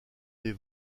des